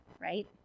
right